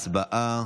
הצבעה.